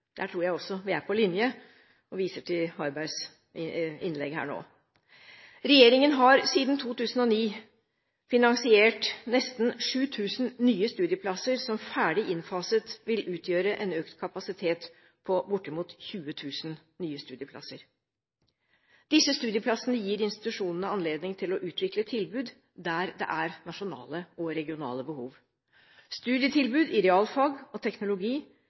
Der tror jeg også vi er på linje – og jeg viser til Harbergs innlegg her nå. Regjeringen har siden 2009 finansiert nesten 7 000 nye studieplasser som ferdig innfaset vil utgjøre en økt kapasitet på bortimot 20 000 nye studieplasser. Disse studieplassene gir institusjonene anledning til å utvikle tilbud der det er nasjonale og regionale behov. Studietilbud i realfag og teknologi